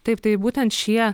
taip tai būtent šie